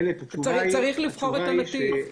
צריך לבחור את הנתיב.